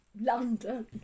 London